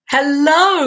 Hello